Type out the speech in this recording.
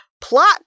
plot